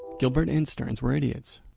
gilbert and sterns were idiots.